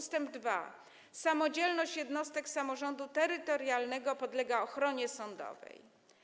Ust. 2. Samodzielność jednostek samorządu terytorialnego podlega ochronie sądowej.